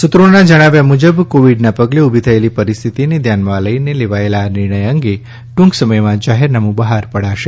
સુત્રોના જણાવ્યા મુજબ કોવિડના પગલે ઊભી થયેલી પરિસ્થિતીને ધ્યાનમાં લઇને લેવાયેલા આ નિર્ણય અંગે ટૂંક સમયમાં જાહેરનામુ બહાર પડાશે